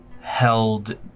held